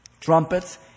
trumpets